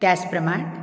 त्याच प्रमाण